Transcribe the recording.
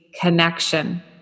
connection